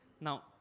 Now